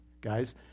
guys